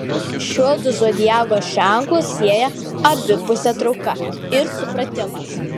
šiuodu zodiako ženklus sieja abipusė trauka ir supratimas